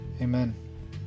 amen